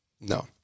No